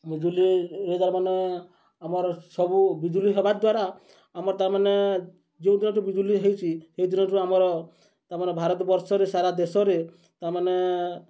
ବିଜୁଲିରେ ତାରମାନେ ଆମର ସବୁ ବିଜୁଲି ହେବା ଦ୍ୱାରା ଆମର ତାମାନେ ଯେଉଁଦିନଠୁ ବିଜୁଲି ହେଇଛି ସେଇଦିନଠୁ ଆମର ତାମାନେ ଭାରତ ବର୍ଷରେ ସାରା ଦେଶରେ ତାମାନେ